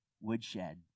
woodshed